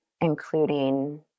including